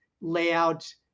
layout